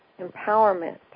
empowerment